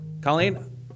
Colleen